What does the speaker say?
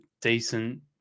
decent